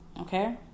Okay